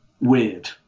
Weird